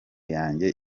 yanjye